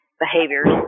behaviors